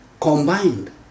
combined